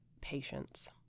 patience